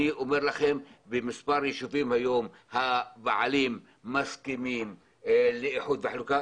בכמה יישובים היום הבעלים מסכימים לאיחוד וחלוקה,